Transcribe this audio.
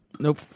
nope